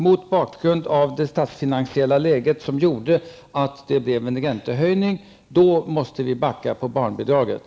Mot bakgrund av det statsfinansiella läget, som gjort att det blev en räntehöjning, måste vi backa beträffande barnbidraget.